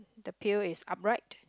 the pail is upright